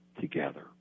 together